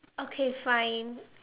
okay fine